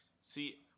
See